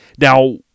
Now